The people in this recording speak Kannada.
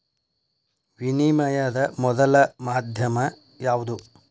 ವಿನಿಮಯದ ಮೊದಲ ಮಾಧ್ಯಮ ಯಾವ್ದು